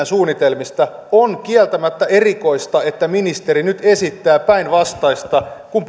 suunnitelmista on kieltämättä erikoista että ministeri nyt esittää päinvastaista kuin